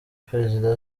perezida